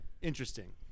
Interesting